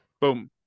Boom